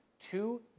two